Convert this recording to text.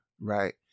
right